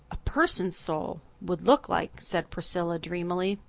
a person's soul. would look like, said priscilla dreamily.